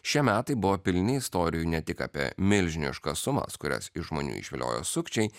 šie metai buvo pilni istorijų ne tik apie milžiniškas sumas kurias iš žmonių išviliojo sukčiai